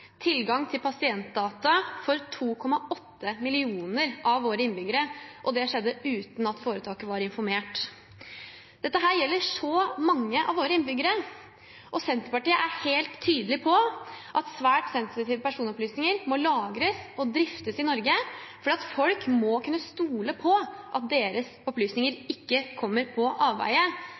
tilgang til pasientdata for 2,8 millioner av våre innbyggere – og det skjedde uten at foretaket var informert. Dette gjelder så mange av våre innbyggere, og Senterpartiet er helt tydelig på at svært sensitive personopplysninger må lagres og driftes i Norge, for folk må kunne stole på at deres opplysninger ikke kommer på avveier.